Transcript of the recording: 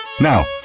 Now